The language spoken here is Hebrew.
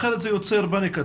אחרת זה יוצר פאניקה.